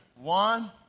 One